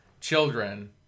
children